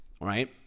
right